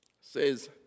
says